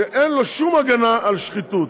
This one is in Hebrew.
ואין בו שום הגנה על שחיתות,